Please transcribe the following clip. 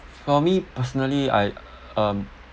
for me personally I um